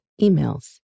emails